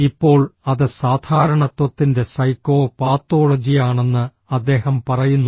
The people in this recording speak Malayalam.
ഇപ്പോൾ അത് സാധാരണത്വത്തിന്റെ സൈക്കോ പാത്തോളജിയാണെന്ന് അദ്ദേഹം പറയുന്നു